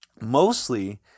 mostly